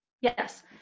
Yes